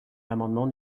l’amendement